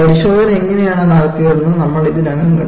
പരിശോധന എങ്ങനെയാണ് നടത്തിയതെന്ന് നമ്മൾ ഇതിനകം കണ്ടു